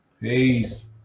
Peace